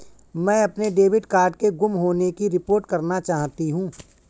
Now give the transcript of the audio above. मैं अपने debit card के गुम होने की रिपोर्ट करना चाहती हूँ